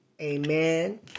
Amen